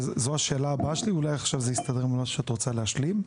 וזו השאלה הבאה שלי ואולי עכשיו זה יסתדר עם מה שאת רוצה להשלים,